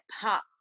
pop